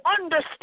understand